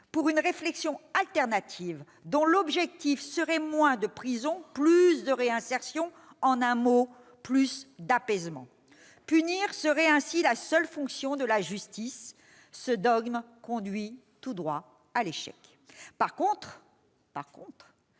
pour une réflexion alternative dont l'objectif serait moins de prison, plus de réinsertion, en un mot plus d'apaisement. Punir serait ainsi la seule fonction de la justice. Un tel dogme conduit tout droit à l'échec. En revanche,